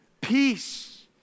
Peace